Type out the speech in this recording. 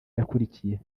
yakurikiye